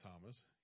Thomas